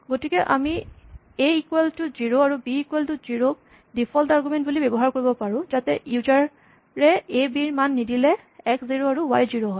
গতিকে আমি a equal to zero আৰু বি ইকুৱেল টু জিৰ' ক ডিফল্ট আৰগুমেন্ট বুলি ব্যৱহাৰ কৰিব পাৰোঁ যাতে ইউজাৰ এ এ বি ৰ মান নিদিলে এক্স জিৰ' আৰু ৱাই জিৰ' হয়